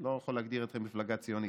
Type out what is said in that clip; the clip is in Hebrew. לא יכול להגדיר אתכם מפלגה ציונית.